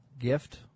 Gift